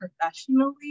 professionally